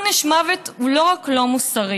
עונש מוות הוא לא רק לא מוסרי.